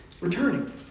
returning